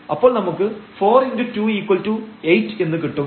അപ്പോൾ നമുക്ക് 4×28 എന്ന് കിട്ടും